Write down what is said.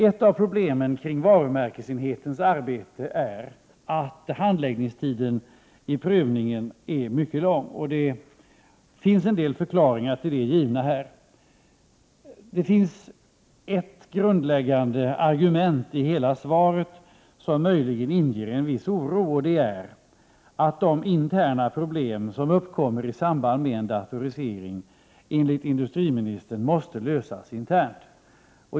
Ett av problemen med varumärkesenhetens arbete är att handläggningstiden vid prövningen är mycket lång. Det finns en del förklaringar till det givna här. Men det finns ett grundläggande argument i svaret som möjligen ger en viss oro, nämligen att interna problem, som kan uppkomma i samband med en datorisering, enligt industriministern måste lösas internt.